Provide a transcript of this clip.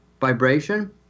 vibration